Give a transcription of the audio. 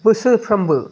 बोसोरफ्रोमबो